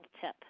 tip